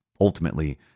ultimately